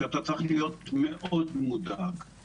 אתה צריך להיות מודאג מאוד.